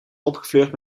opgefleurd